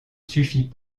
suffit